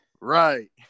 right